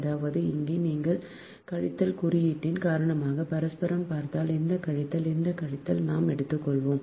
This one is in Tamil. அதாவது இங்கே நீங்கள் கழித்தல் குறியீட்டின் காரணமாக பரஸ்பரம் பார்த்தால் இந்த கழித்தல் இந்த கழித்தல் நாம் எடுத்துள்ளோம்